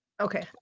Okay